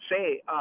Say